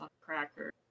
cracker